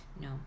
No